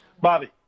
bobby